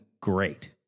great